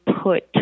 put